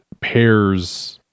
pairs